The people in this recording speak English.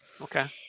Okay